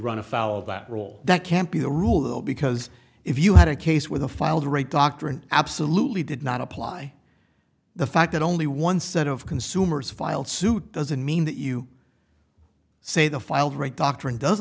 run afoul of that role that can't be the rule though because if you had a case where the filed rate doctrine absolutely did not apply the fact that only one set of consumers filed suit doesn't mean that you say the filed rate doctrine does